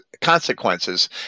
consequences